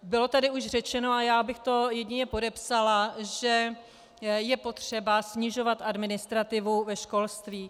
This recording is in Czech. Bylo tady už řečeno a já bych to jedině podepsala, že je potřeba snižovat administrativu ve školství.